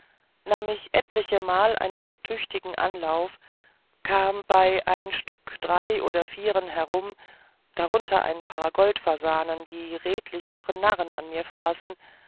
nahm ich etlichemal einen tüchtigen anlauf kam bei ein stück drei oder vieren herum darunter ein paar goldfasanen die redlich ihren narren an mir fraßen